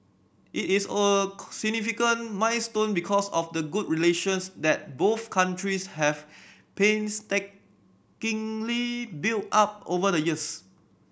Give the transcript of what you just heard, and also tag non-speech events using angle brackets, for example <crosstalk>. it is a <unintelligible> significant milestone because of the good relations that both countries have painstakingly built up over the years